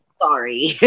sorry